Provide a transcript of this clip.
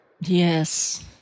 Yes